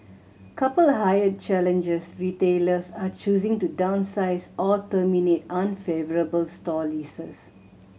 coupled hired challenges retailers are choosing to downsize or terminate unfavourable store leases